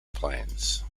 plans